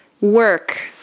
work